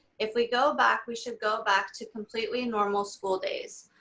if we go back, we should go back to completely normal school days.